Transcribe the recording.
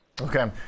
Okay